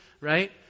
right